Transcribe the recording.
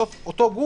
בסוף אותו גוף,